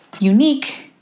unique